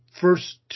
first